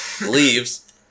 leaves